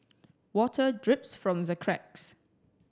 water drips from the cracks